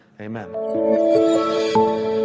Amen